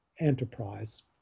enterprise